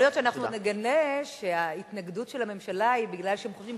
יכול להיות שאנחנו נגלה שההתנגדות של הממשלה היא כי הם חושבים